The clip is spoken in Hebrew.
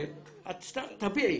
תביעי